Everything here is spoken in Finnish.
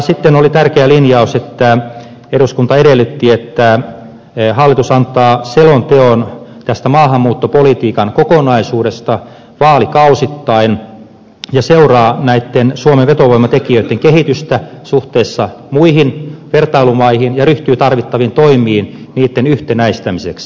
sitten oli tärkeä linjaus että eduskunta edellytti että hallitus antaa selonteon maahanmuuttopolitiikan kokonaisuudesta vaalikausittain ja seuraa näitten suomen vetovoimatekijöitten kehitystä suhteessa muihin vertailumaihin ja ryhtyy tarvittaviin toimiin niitten yhtenäistämiseksi